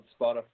spotify